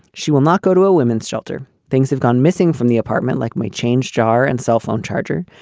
she will not go to a women's shelter. things have gone missing from the apartment, like my change jar and cell phone charger.